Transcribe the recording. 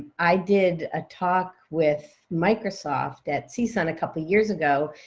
i did a talk with microsoft at csun a couple of years ago.